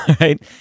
right